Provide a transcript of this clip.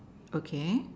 okay